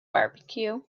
barbecue